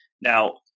Now